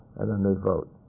and then they vote.